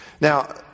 Now